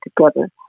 together